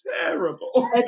terrible